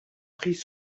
pris